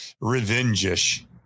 revenge-ish